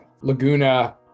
Laguna